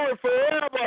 forever